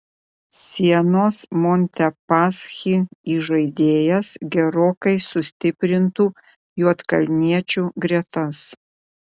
sienos montepaschi įžaidėjas gerokai sustiprintų juodkalniečių gretas